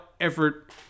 effort